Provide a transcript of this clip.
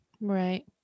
Right